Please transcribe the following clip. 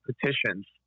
petitions